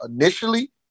initially